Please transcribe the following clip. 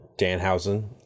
Danhausen